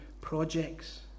projects